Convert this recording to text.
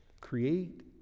Create